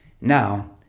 Now